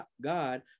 god